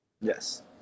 Yes